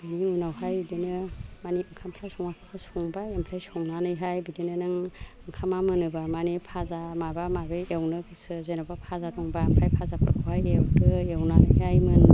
बेनि उनावहाय बेदिनो मानि ओंखामफ्रा सङाखैबा संबाय ओमफ्राय संनानैहाय बिदिनो नों ओंखामा मोनोबा मानि फाजा माबा माबि एवनो गोसो जेनबा फाजा दंबा ओमफ्राय फाजाफोरखौहाय एवदो एवनानैहाय मोनबा